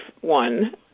one